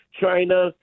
China